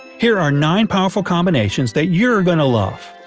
here are nine powerful combinations that you're going to love!